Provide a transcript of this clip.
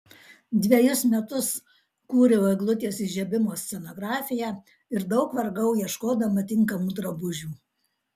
dvejus metus kūriau eglutės įžiebimo scenografiją ir daug vargau ieškodama tinkamų drabužių